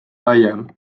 laiem